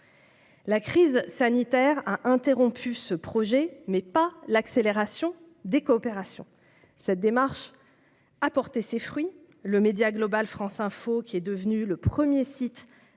La crise sanitaire a interrompu ce projet, mais pas l'accélération des coopérations. Cette démarche a porté ses fruits. Le média global France Info, qui est devenu le premier site